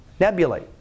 nebulae